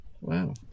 Wow